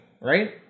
right